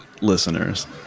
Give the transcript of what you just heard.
listeners